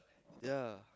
ya